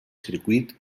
circuit